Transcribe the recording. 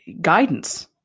guidance